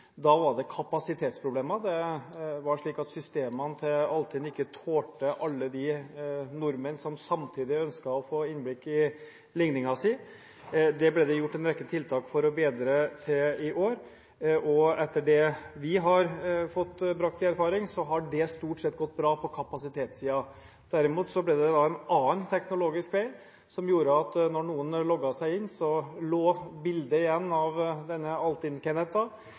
Da var det kapasitetsproblemer, og systemene til Altinn tålte ikke alle de nordmennene som samtidig ønsket å få innblikk i ligningen sin. Dette ble det gjort en rekke tiltak for å bedre til i år, og etter det vi har brakt i erfaring, har det stort sett gått bra på kapasitetssiden. Derimot ble det en annen teknologisk feil, som gjorde at når noen logget seg inn, lå bildet av denne